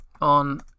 on